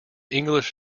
english